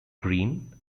green